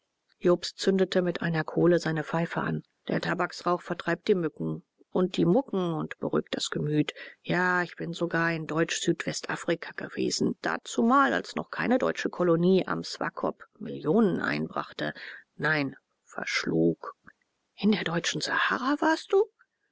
jobst zündete mit einer kohle seine pfeife an der tabaksrauch vertreibt die mücken und die mucken und beruhigt das gemüt ja ich bin sogar in deutsch südwestafrika gewesen dazumal als noch keine deutsche kolonie am swakop millionen einbrachte nein verschlang in der deutschen sahara warst du